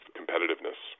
competitiveness